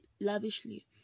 lavishly